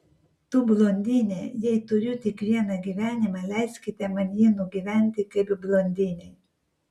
tu blondinė jei turiu tik vieną gyvenimą leiskite man jį nugyventi kaip blondinei